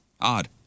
odd